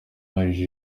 aje